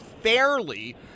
fairly